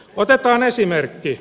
otetaan esimerkki